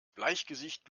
bleichgesicht